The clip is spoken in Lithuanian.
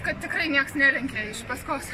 kad tikrai niekas nelenkia iš paskos